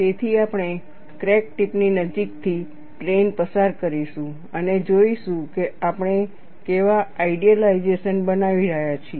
તેથી આપણે crack tip ની નજીકથી પ્લેન પસાર કરીશું અને જોઈશું કે આપણે કેવા આઇડીયલાઈઝેશન બનાવી રહ્યા છીએ